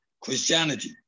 Christianity